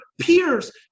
peers